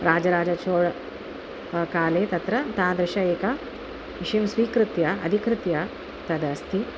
राजराजचोळकाले तत्र तादृशम् एकं विषयं स्वीकृत्य अधिकृत्य तदस्ति